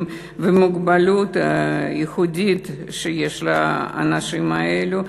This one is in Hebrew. והמוגבלות הייחודית שיש לאנשים האלו,